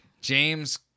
James